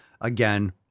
Again